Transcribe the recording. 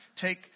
Take